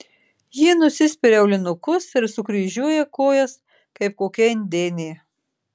ji nusispiria aulinukus ir sukryžiuoja kojas kaip kokia indėnė